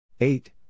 Eight